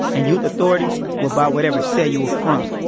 and youth authorities were by whatever set you were from.